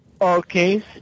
Okay